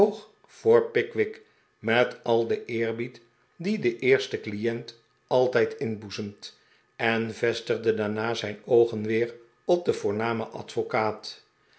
voor pickwick met al den eerbied dien een eerste client altijd inboezemt en vestigde daarna zijn oogen weer op den voornamen advocaat